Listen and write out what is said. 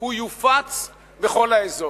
הוא יופץ בכל האזור.